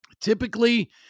Typically